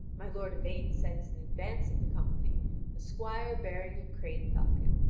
my lord yvain sends in advance of the company a squire beating a crane-falcon,